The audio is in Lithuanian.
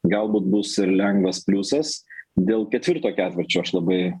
galbūt bus lengvas pliusas dėl ketvirto ketvirčio aš labai